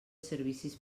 servicis